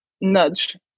nudge